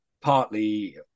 Partly